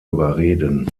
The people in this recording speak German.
überreden